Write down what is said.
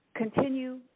Continue